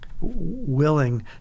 willing